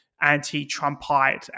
anti-Trumpite